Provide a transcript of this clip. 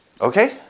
Okay